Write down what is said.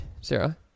Sarah